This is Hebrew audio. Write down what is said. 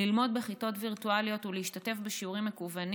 ללמוד בכיתות וירטואליות ולהשתתף בשיעורים מקוונים